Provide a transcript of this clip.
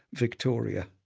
victoria.